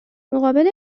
مقابل